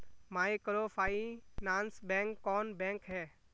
Microfinance bank कौन bank है?